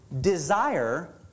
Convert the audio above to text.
desire